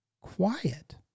quiet